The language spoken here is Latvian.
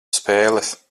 spēles